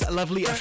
lovely